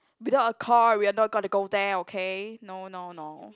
without a car we are not gonna go there okay no no no